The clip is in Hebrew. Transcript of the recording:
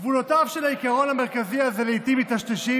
גבולותיו של העיקרון המרכזי הזה לעיתים מיטשטשים,